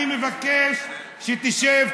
אני מבקש שתשב,